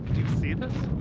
do you see this?